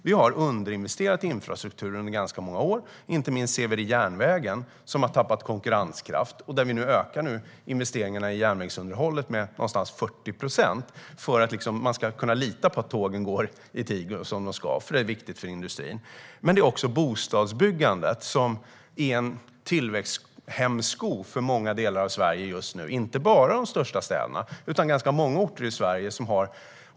Vi har underinvesterat i infrastruktur under ganska många år. Vi ser det inte minst på järnvägen, som har tappat konkurrenskraft. Vi ökar nu investeringarna i järnvägsunderhållet med någonstans runt 40 procent för att man ska kunna lita på att tågen går i tid och som de ska. Det är viktigt för industrin. Det handlar också om bostadsbyggandet, som är en tillväxthämsko för många delar av Sverige just nu. Det gäller inte bara de största städerna, utan ganska många orter i Sverige.